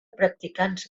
practicants